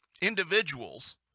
individuals